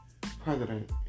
president